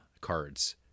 cards